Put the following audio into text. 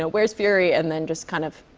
ah where's fury? and then just kind of